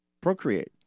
procreate